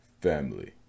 family